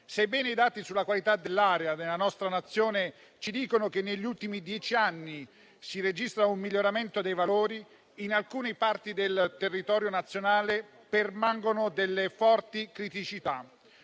Sebbene i dati sulla qualità dell'aria della nostra Nazione ci dicono che negli ultimi dieci anni si registra un miglioramento dei valori, in alcune parti del territorio nazionale permangono forti criticità.